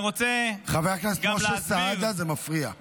חבר הכנסת משה סעדה, זה מפריע.